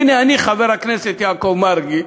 הנה אני, חבר הכנסת יעקב מרגי,